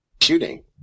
shooting